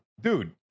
dude